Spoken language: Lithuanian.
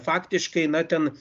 faktiškai na ten